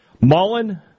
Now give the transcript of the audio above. Mullen